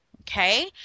Okay